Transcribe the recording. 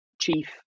chief